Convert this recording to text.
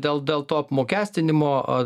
dėl dėl to apmokestinimo